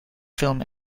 film